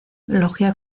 logia